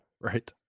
Right